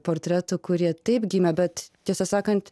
portretų kurie taip gimė bet tiesą sakant